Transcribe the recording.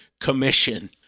commission